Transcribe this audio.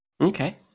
Okay